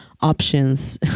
options